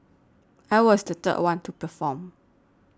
I was the third one to perform